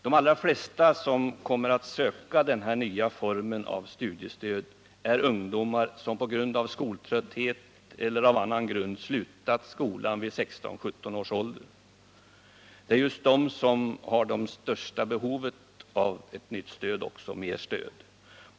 De allra flesta som kommer att söka denna nya form av studiestöd är ungdomar, som på grund av skoltrötthet eller av annan orsak slutat skolan vid 16-17 års ålder. Det är just de som har det största behovet av ett nytt stöd.